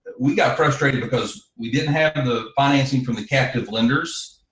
we got frustrated because we didn't have and the financing from the captive lenders,